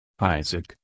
Isaac